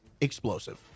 explosive